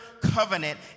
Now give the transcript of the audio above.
covenant